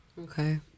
Okay